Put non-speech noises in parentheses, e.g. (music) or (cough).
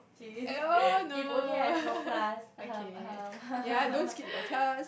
!chey! if only I have no class ahem ahem (laughs)